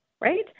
right